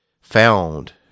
found